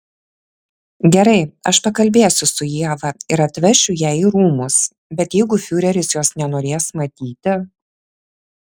gerai aš pakalbėsiu su ieva ir atvešiu ją į rūmus bet jeigu fiureris jos nenorės matyti